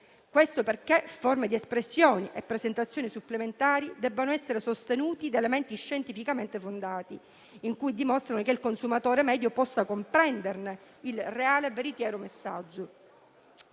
perché forme di espressione e presentazioni supplementari devono essere sostenute da elementi scientificamente fondati, per cui si dimostri che il consumatore medio possa comprenderne il reale e veritiero messaggio.